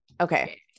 okay